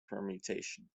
permutation